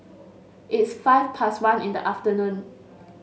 its five past one in the afternoon